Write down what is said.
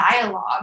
dialogue